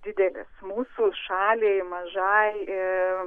didelis mūsų šaliai mažai ir